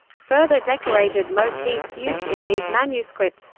further decorated motifs used in these manuscripts,